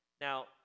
Now